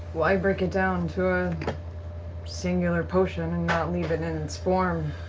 like break it down to a singular potion and not leave it in its form?